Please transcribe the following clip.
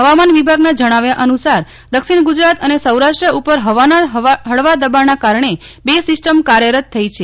હવામાન વિભાગના જણાવ્યા અનુસાર દક્ષિણ ગુજરાત અને સૌરાષ્ટ્ર ઉપર હવાના હળવા દબાણના કારણે બે સીસ્ટમ કાર્યરત થઇ છે